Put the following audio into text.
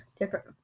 Different